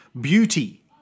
beauty